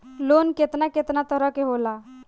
Loan केतना केतना तरह के होला?